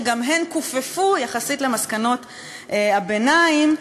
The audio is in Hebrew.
שגם הן כופפו יחסית למסקנות הביניים,